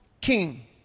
king